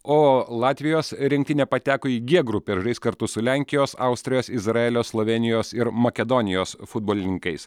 o latvijos rinktinė pateko į g grupę ir žais kartu su lenkijos austrijos izraelio slovėnijos ir makedonijos futbolininkais